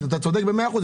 אתה צודק במאת האחוזים,